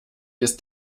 ist